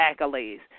accolades